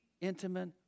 intimate